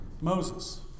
Moses